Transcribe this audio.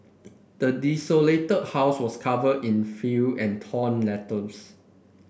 the desolated house was covered in filth and torn letters